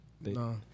No